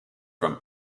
from